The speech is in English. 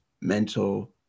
mental